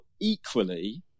equally